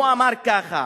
הוא אמר ככה,